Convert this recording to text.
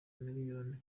miliyoni